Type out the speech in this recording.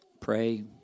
pray